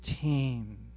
team